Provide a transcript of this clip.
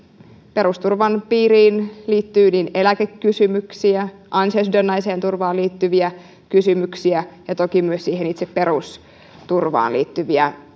perusturvan piiriin liittyy niin eläkekysymyksiä ansiosidonnaiseen turvaan liittyviä kysymyksiä ja toki myös itse perusturvaan liittyviä